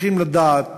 צריכים לדעת